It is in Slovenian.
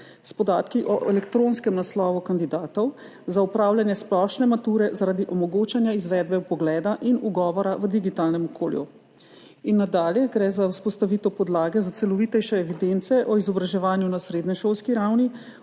s podatki o elektronskem naslovu kandidatov za opravljanje splošne mature zaradi omogočanja izvedbe vpogleda in ugovora v digitalnem okolju. In nadalje gre za vzpostavitev podlage za celovitejše evidence o izobraževanju na srednješolski ravni